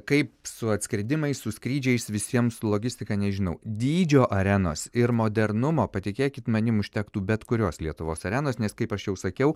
kaip su atskridimais su skrydžiais visiems su logistika nežinau dydžio arenos ir modernumo patikėkit manim užtektų bet kurios lietuvos arenos nes kaip aš jau sakiau